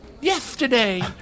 Yesterday